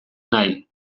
nahi